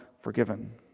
forgiven